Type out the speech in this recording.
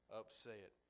upset